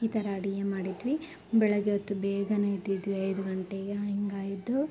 ಈ ಥರ ಅಡುಗೆ ಮಾಡಿದ್ವಿ ಬೆಳಗ್ಗೆ ಹೊತ್ತು ಬೇಗನೆ ಎದ್ದಿದ್ವಿ ಐದು ಗಂಟೆಗೆ ಹಿಂಗೆ ಎದ್ದು